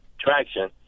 traction